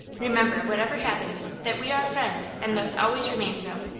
remember, whatever happens, that we are friends, and must always remain so.